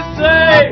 say